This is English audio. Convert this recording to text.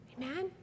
Amen